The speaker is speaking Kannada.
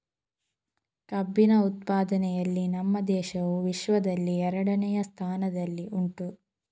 ಕಬ್ಬಿನ ಉತ್ಪಾದನೆಯಲ್ಲಿ ನಮ್ಮ ದೇಶವು ವಿಶ್ವದಲ್ಲಿ ಎರಡನೆಯ ಸ್ಥಾನದಲ್ಲಿ ಉಂಟು